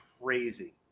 crazy